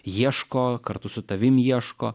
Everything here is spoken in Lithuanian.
ieško kartu su tavim ieško